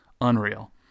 unreal